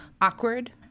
awkward